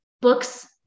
Books